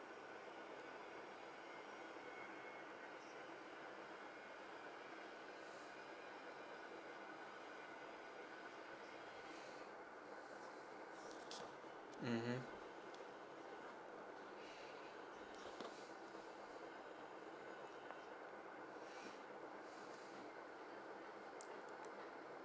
mmhmm